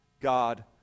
God